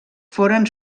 foren